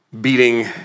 beating